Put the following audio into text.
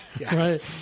Right